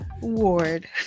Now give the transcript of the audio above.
Ward